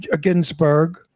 Ginsburg